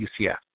UCF